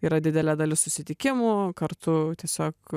yra didelė dalis susitikimų kartu tiesiog